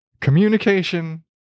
Communication